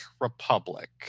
Republic